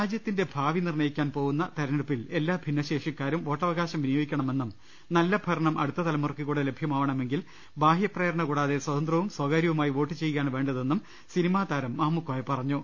രാജ്യത്തിന്റെ ഭാവി നിർണ്ണയിക്കാൻ പോവുന്ന തെരഞ്ഞെടുപ്പിൽ എ ല്ലാ ഭിന്നശേഷിക്കാരും വോട്ടവകാശം വിനിയോഗിക്കണമെന്നും നല്ല ഭര ണം അടുത്ത തലമുറക്ക് കൂടെ ലഭൃമാവണമെങ്കിൽ ബാഹൃപ്രേരണ കൂ ടാതെ സ്വതന്ത്രവും സ്വകാര്യവുമായി വോട്ടു ചെയ്യുകയാണ് വേണ്ടതെ ന്നും സിനിമാ താരം മാമുക്കോയ പറഞ്ഞു